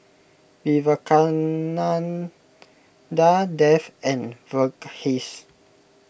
Vivekananda Dev and Verghese